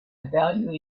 value